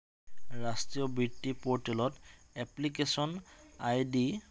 ৰাষ্ট্ৰীয় বৃত্তি প'ৰ্টেলত এপ্লিকেশ্য়ন আইডি